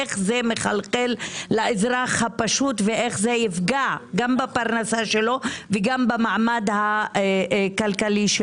איך זה מחלחל לאזרח הפשוט ואיך יפגע גם בפרנסה שלו וגם במעמדו הכלכלי.